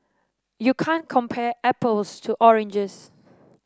you can't compare apples to oranges